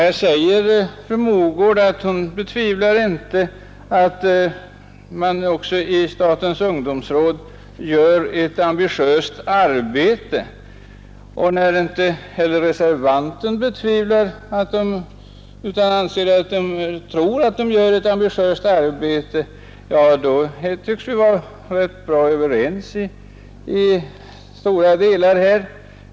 Fru Mogård betvivlar inte att man också i statens ungdomsråd gör ett ambitiöst arbete, och när inte heller reservanten betvivlar det utan tror att man gör ett ambitiöst arbete, tycks vi vara ganska bra överens i stora delar.